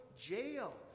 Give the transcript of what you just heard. jail